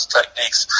techniques